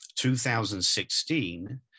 2016